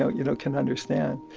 ah you know, can understand.